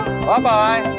Bye-bye